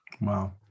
Wow